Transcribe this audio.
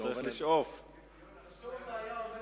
בסוף היה אומר סרקוזי,